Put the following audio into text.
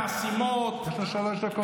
ואם זה לא מספיק, שרפות, חסימות, יש לו שלוש דקות,